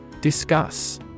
Discuss